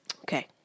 Okay